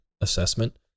assessment